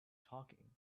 talking